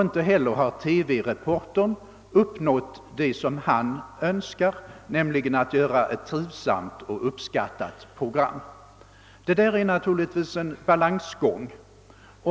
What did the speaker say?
Inte heller har TV-reportern uppnått det som han önskade, nämligen att göra ett trivsamt och uppskattat program. Det är naturligtvis en balansgång.